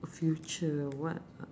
future what